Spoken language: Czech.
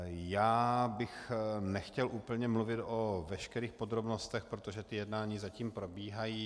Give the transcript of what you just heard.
Já bych nechtěl úplně mluvit o veškerých podrobnostech, protože jednání zatím probíhají.